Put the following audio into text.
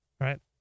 right